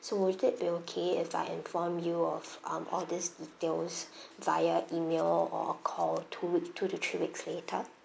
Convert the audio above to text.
so would it be okay if I inform you of um all these details via email or a call two week two to three weeks later